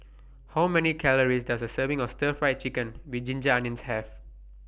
How Many Calories Does A Serving of Stir Fried Chicken with Ginger Onions Have